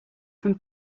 from